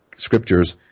scriptures